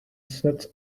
sits